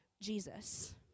Jesus